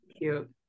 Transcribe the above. cute